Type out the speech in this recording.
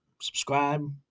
subscribe